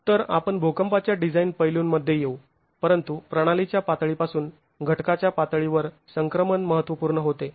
तर आपण भूकंपाच्या डिझाईन पैलूंमध्ये येऊ परंतु प्रणालीच्या पातळीपासून घटकाच्या पातळीवर संक्रमण महत्त्वपूर्ण होते